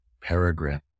peregrine